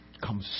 Come